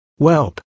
Welp